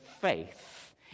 faith